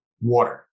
water